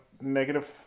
negative